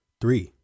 three